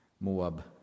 Moab